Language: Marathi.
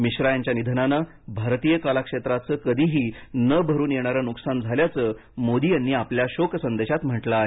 मिश्रा यांच्या निधनानं भारतीय कलाक्षेत्राचं कधीही न भरून येणारं नुकसान झाल्याचं मोदी यांनी आपल्या शोक संदेशात म्हटलं आहे